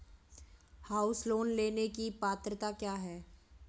House loan लेने की पात्रता क्या है?